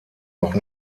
noch